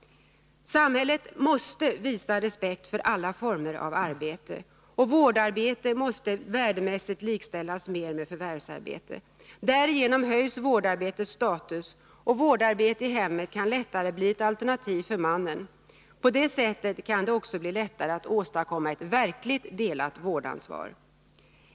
Samhället måste visa respekt för alla former av arbete. Vårdarbete måste värdemässigt likställas mer med förvärvsarbete. Därigenom höjs vårdarbetets status och vårdarbete i hemmet kan lättare bli ett alternativ för mannen. På det sättet kan det bli lättare att åstadkomma ett verkligt delat vårdansvar.